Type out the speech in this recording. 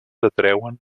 atreuen